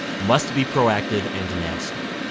must be proactive and nasty.